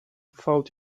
fałd